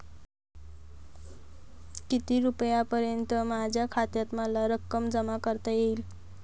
किती रुपयांपर्यंत माझ्या खात्यात मला रक्कम जमा करता येईल?